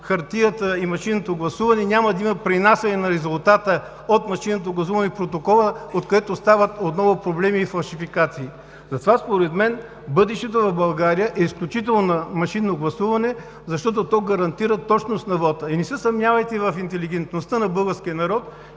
хартията и машинното гласуване, няма да има пренасяне на резултата от машинното гласуване в протокола, откъдето стават отново проблеми и фалшификации. Затова според мен бъдещето на България е изключително в машинното гласуване, защото то гарантира точност на вота. Не се съмнявайте в интелигентността на българския народ,